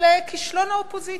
על כישלון האופוזיציה.